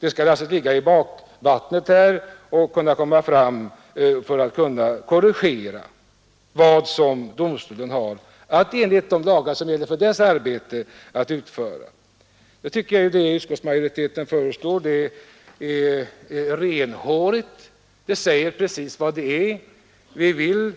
Man skall alltså ligga här i bakvattnet och korrigera det som domstolen i enlighet med gällande lagar prövar. Jag tycker att utskottsmajoritetens förslag är renhårigt. Det uttrycker precis vad det är fråga